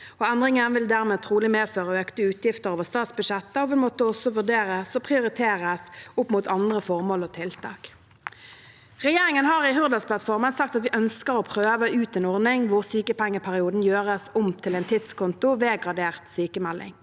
Endringen vil dermed trolig medføre økte utgifter over statsbudsjettet og vil måtte vurderes og prioriteres opp mot andre formål og tiltak. Regjeringen har i Hurdalsplattformen sagt at vi ønsker å prøve ut en ordning hvor sykepengeperioden gjøres om til en tidskonto ved gradert sykmelding.